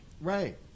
Right